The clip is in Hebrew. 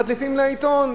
מדליפים לעיתון,